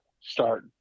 start